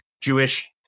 Jewish